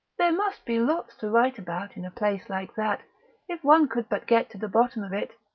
there must be lots to write about in a place like that if one could but get to the bottom of it!